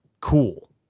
cool